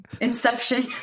inception